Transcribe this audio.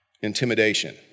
Intimidation